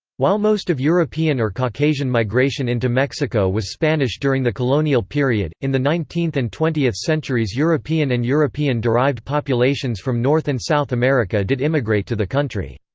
while most of european or caucasian migration into mexico was spanish during the colonial period, in the nineteenth and twentieth centuries european and european derived populations from north and south america did immigrate to the country.